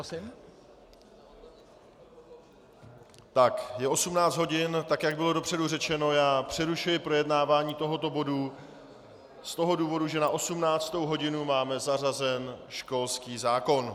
Je 18 hodin, a tak, jak bylo dopředu řečeno, přerušuji projednávání tohoto bodu z toho důvodu, že na 18. hodinu máme zařazen školský zákon.